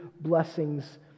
blessings